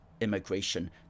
immigration